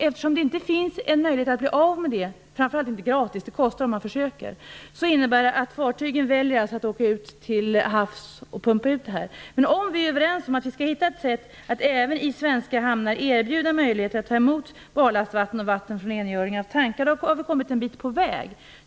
Eftersom det inte finns möjlighet att bli av med det - framför allt inte gratis, för det kostar om man försöker - innebär det att fartygen väljer att åka ut till havs för att pumpa ut detta vatten. Men om vi är överens om att vi skall hitta ett sätt som gör att även svenska hamnar kan erbjudas möjligheten att ta emot barlastvatten och vatten från rengöring av tankar, så har vi kommit en bit på väg.